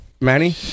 Manny